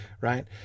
right